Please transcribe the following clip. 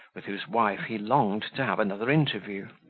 with whose wife he longed to have another interview.